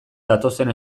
datozen